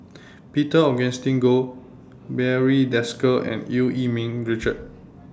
Peter Augustine Goh Barry Desker and EU Yee Ming Richard